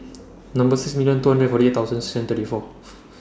Number six million two hundred and forty eight thousand and thirty four